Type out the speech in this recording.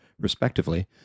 respectively